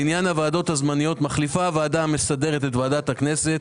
לעניין הוועדות הזמניות מחליפה הוועדה המסדרת את ועדת הכנסת